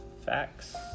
facts